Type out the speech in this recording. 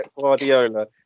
Guardiola